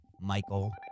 Michael